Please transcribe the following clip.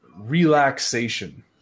relaxation